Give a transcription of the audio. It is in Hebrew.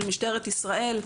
של משטרת ישראל.